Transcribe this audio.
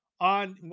on